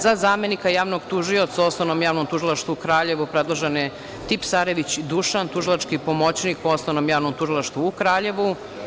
Za zamenika javnog tužioca u Osnovnom javnom tužilaštvu u Kraljevu predložen je Tipsarević Dušan, tužilački pomoćnik u Osnovnom javnom tužilaštvu u Kraljevu.